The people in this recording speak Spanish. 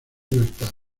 libertad